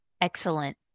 Excellent